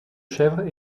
chèvres